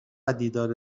دیدار